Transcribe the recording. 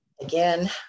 Again